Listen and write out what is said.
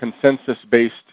consensus-based